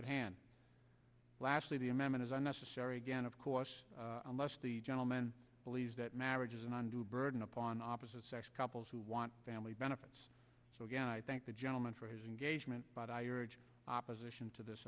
at hand lastly the amendment is unnecessary again of course unless the gentleman believes that marriage is an undue burden upon opposite sex couples who want family benefits so again i thank the gentleman for his engagement but i urge opposition to this